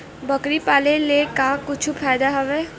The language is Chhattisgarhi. बकरी पाले ले का कुछु फ़ायदा हवय?